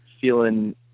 feeling